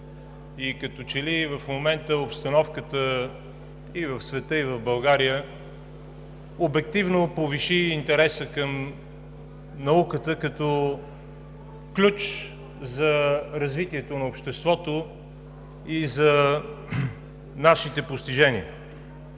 и като че ли в момента обстановката – и в света, и в България, обективно повиши интереса към науката като ключ за развитието на обществото и за нашите постижения.